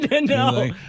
No